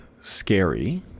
scary